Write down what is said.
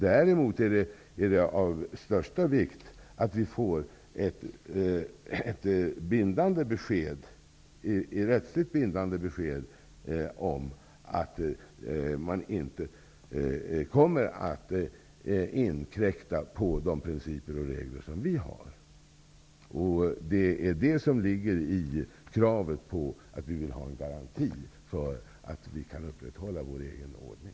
Däremot är det av största vikt att vi får ett rättsligt bindande besked om att man inte kommer att inkräkta på de principer och regler som vi har. Det är detta som ligger i kravet på att vi vill ha en garanti för att vi får upprätthålla vår egen ordning.